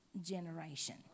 generation